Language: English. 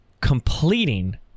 completing